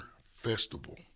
festival